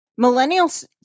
millennials—